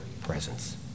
presence